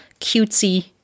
cutesy